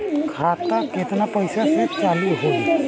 खाता केतना पैसा से चालु होई?